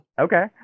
okay